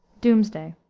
doomsday.